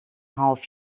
half